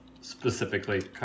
specifically